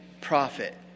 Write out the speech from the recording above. prophet